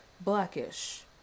blackish